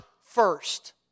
first